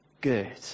good